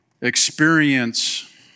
experience